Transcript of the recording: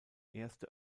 erste